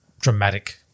dramatic